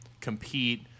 compete